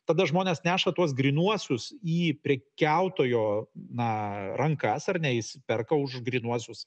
tada žmonės neša tuos grynuosius į prekiautojo na rankas ar ne jis perka už grynuosius